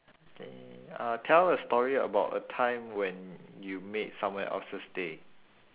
okay uh tell a story about a time when you made someone else's day